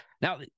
Now